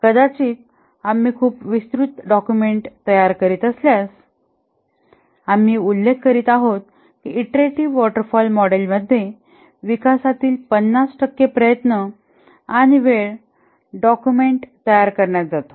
कदाचित आम्ही खूप विस्तृत डॉक्युमेंट तयार करीत असल्यास आम्ही उल्लेख करीत आहोत की इटरेटीव्ह वॉटर फॉल च्या मॉडेलमध्ये विकासातील 50 टक्के प्रयत्न आणि वेळ डॉक्युमेंट तयार करण्यात जातो